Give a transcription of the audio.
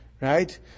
right